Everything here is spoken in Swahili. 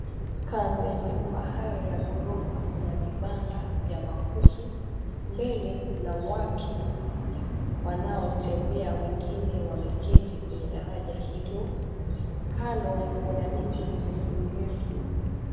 Kando ya majumba haya ya gorofa, kuna vibanda vya makuti. Mbele kuna watu wanaotembea, wengine wameketi kwenye daraja hilo, kando kuna miti mirefu mirefu.